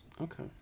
Okay